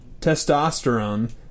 testosterone